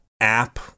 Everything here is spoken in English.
app